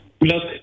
Look